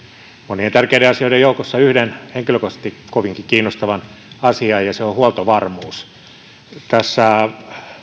monien tärkeiden asioiden joukossa yhden henkilökohtaisesti kovinkin kiinnostavan asian ja se on huoltovarmuus tässä